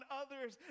others